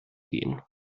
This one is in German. gehen